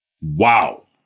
Wow